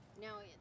Now